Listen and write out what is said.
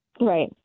Right